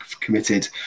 committed